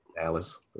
Alice